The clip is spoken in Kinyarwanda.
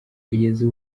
kugeza